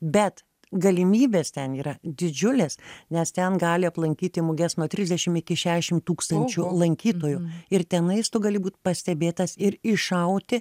bet galimybės ten yra didžiulės nes ten gali aplankyti muges nuo trisdešim iki šeašim tūkstančių lankytojų ir tenais tu gali būt pastebėtas ir iššauti